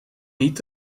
niet